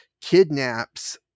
kidnaps